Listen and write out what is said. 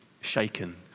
shaken